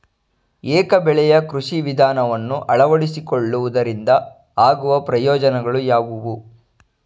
ಏಕ ಬೆಳೆಯ ಕೃಷಿ ವಿಧಾನವನ್ನು ಅಳವಡಿಸಿಕೊಳ್ಳುವುದರಿಂದ ಆಗುವ ಪ್ರಯೋಜನಗಳು ಯಾವುವು?